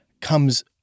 comes